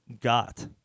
got